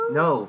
no